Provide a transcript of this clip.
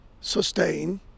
sustain